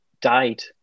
died